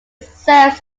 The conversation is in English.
serves